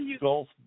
Gulf